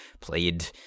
played